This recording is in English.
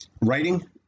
writing